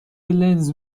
لنز